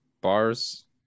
Bars